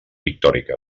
pictòrica